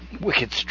wicked